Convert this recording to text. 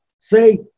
say